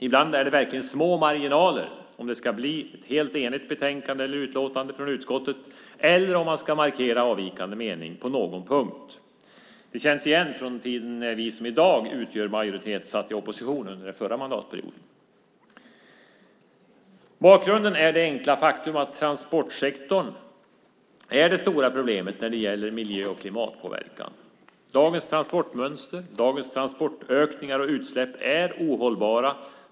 Ibland är det verkligen små marginaler om det ska bli ett helt enigt betänkande eller utlåtande från utskottet eller om man ska markera avvikande mening på någon punkt. Det känns igen från tiden när vi som i dag utgör majoritet satt i opposition under den förra mandatperioden. Bakgrunden är det enkla faktum att transportsektorn är det stora problemet när det gäller miljö och klimatpåverkan. Dagens transportmönster, dagens transportökningar och utsläpp är ohållbara.